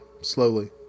slowly